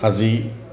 আজি